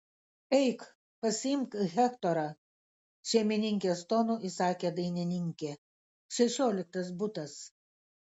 eik pasiimk hektorą šeimininkės tonu įsakė dainininkė šešioliktas butas